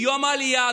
ביום העלייה,